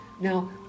Now